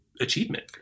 achievement